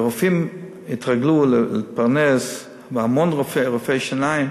ורופאים התרגלו להתפרנס, והמון רופאי שיניים,